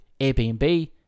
Airbnb